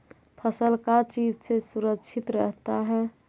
फसल का चीज से सुरक्षित रहता है?